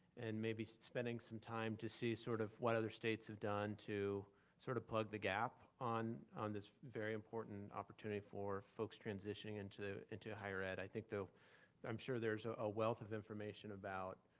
and maybe spending some time to see sort of what other states have done to sorta plug the gap on on this very important opportunity for folks transitioning into into higher ed. i think, i'm sure there's a ah wealth of information about